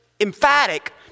emphatic